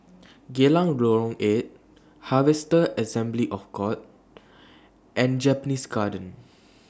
Geylang Lorong eight Harvester Assembly of God and Japanese Garden